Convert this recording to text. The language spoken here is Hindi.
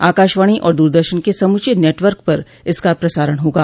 आकाशवाणी और दूरदर्शन के समूचे नटवर्क पर इसका प्रसारण होगा